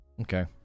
Okay